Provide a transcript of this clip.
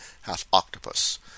half-octopus